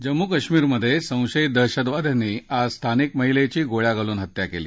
जम्मू कश्मीरमध्या झिंशयित दहशतवाद्यांनी आज स्थानिक महिलद्वी गोळ्या घालून हत्या कली